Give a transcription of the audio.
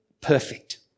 perfect